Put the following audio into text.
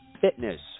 fitness